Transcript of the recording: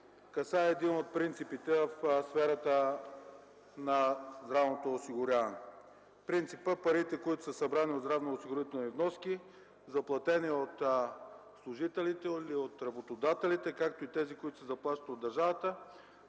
касае един от принципите в сферата на здравното осигуряване – принципът парите, събрани от здравноосигурителни вноски, заплатени от служителите или работодателите, както и тези, които се заплащат от държавата,